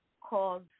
called